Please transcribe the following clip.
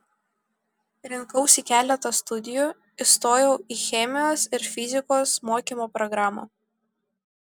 rinkausi keletą studijų įstojau į chemijos ir fizikos mokymo programą